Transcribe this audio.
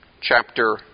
chapter